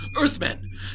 Earthmen